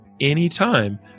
anytime